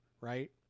right